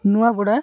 Nuapada